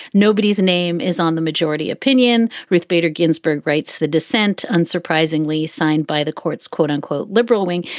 nobody's name is on the majority opinion. ruth bader ginsburg writes the dissent, unsurprisingly, signed by the courts, quote unquote, liberal wing.